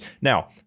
Now